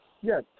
Yes